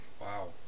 Wow